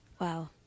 Wow